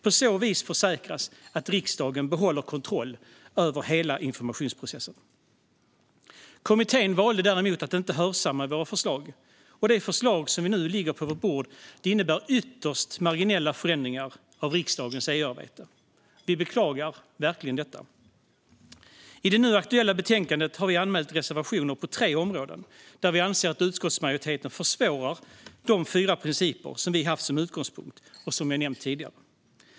På så vis skulle riksdagen försäkras om att behålla kontrollen över hela informationsprocessen. Kommittén valde dock att inte hörsamma våra förslag, och det förslag som nu ligger på riksdagens bord innebär ytterst marginella förändringar av riksdagens EU-arbete. Vi beklagar verkligen detta. I det nu aktuella betänkandet har vi reserverat oss på de tre områden där vi anser att utskottsmajoriteten försvårar de fyra principer som vi haft som utgångspunkt och som jag nämnt tidigare.